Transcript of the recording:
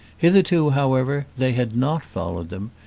hitherto, however, they had not followed them,